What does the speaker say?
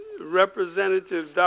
Representative